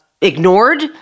ignored